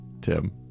Tim